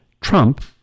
Trump